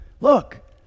look